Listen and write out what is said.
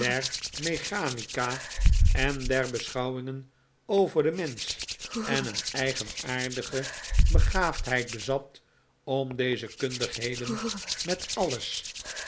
mechanica en der beschouwingen over den mensch en een eigenaardige begaafdheid bezat om deze kundigheden met alles